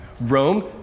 Rome